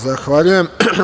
Zahvaljujem.